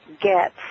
get